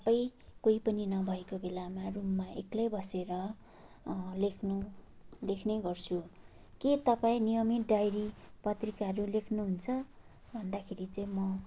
सबै कोही पनि नभएको बेलामा रुममा एक्लै बसेर लेख्नु लेख्ने गर्छु के तपाईँ नियमित डायरी पत्रिकाहरू लेख्नुहुन्छ भन्दाखेरि चाहिँ म